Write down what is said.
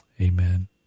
amen